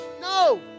No